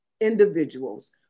individuals